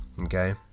Okay